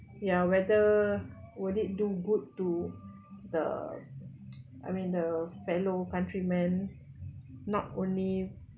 ya whether will they do good to the I mean the fellow countrymen not only